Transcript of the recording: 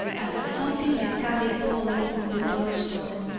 as of something metallic falling on the doorstone,